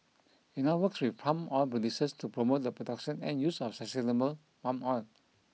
it now works with palm oil producers to promote the production and use of sustainable palm oil